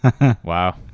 Wow